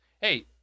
Hey